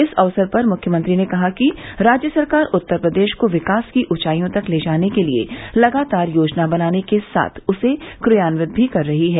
इस अवसर पर मुख्यमंत्री ने कहा कि राज्य सरकार उत्तर प्रदेश को विकास की ऊंचाईयों तक ले जाने के लिये लगातार योजना बनाने के साथ उसे क्रियान्वित भी कर रही हैं